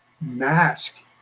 mask